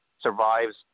survives